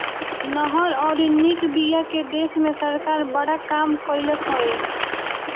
नहर अउरी निक बिया के दिशा में सरकार बड़ा काम कइलस हवे